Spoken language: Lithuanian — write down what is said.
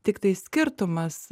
tiktai skirtumas